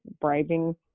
bribing